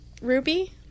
Ruby